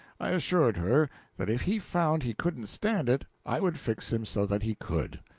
i assured her that if he found he couldn't stand it i would fix him so that he could.